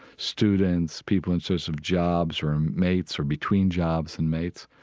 students, people in search of jobs or um mates, or between jobs and mates,